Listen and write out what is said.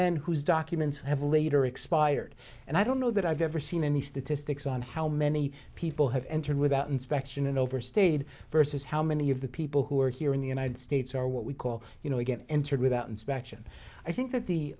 then whose documents have later expired and i don't know that i've ever seen any statistics on how many people have entered without inspection and overstayed versus how many of the people who are here in the united states are what we call you know again entered without inspection i think that the